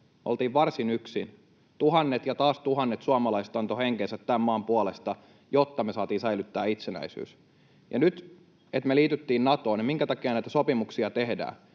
Oltiin varsin yksin. Tuhannet ja taas tuhannet suomalaiset antoivat henkensä tämän maan puolesta, jotta me saatiin säilyttää itsenäisyys. Nyt liityttiin Natoon. Ja minkä takia näitä sopimuksia tehdään?